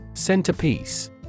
Centerpiece